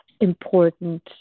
important